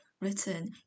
written